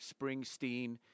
Springsteen